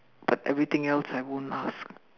but everything else I won't ask